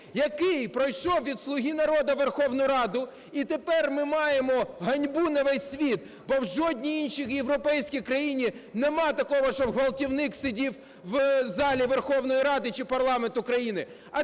який пройшов від "Слуги народу" в Верховну Раду, і тепер ми маємо ганьбу на весь світ, бо в жодній іншій європейській країні нема такого, щоб ґвалтівник сидів в залі Верховної Ради чи парламенту країни.